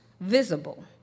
visible